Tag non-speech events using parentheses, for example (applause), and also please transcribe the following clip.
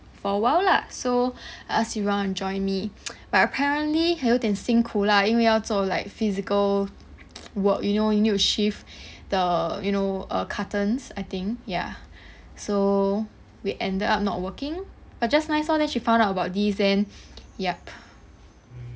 for awhile lah so I ask if he wanna join me (noise) but apparently 有一点辛苦 lah 因为要做 like physical work you know you need to shift the you know err cartons I think ya so we ended up not working but just nice lor then she found out about this then ya